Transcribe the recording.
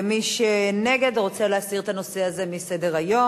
ומי שנגד רוצה להסיר את הנושא הזה מסדר-היום.